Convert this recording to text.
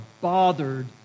bothered